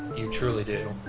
you truly do.